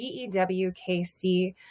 GEWKC